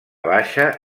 baixa